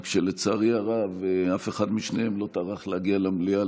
רק שלצערי הרב אף אחד משניהם לא טרח להגיע למליאה